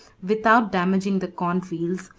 without damaging the cornfields,